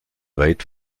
weit